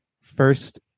first